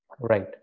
right